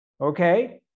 okay